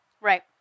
Right